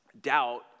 doubt